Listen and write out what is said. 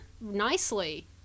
nicely